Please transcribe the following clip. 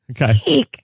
Okay